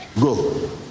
Go